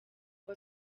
ngo